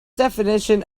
definition